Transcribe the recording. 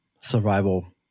survival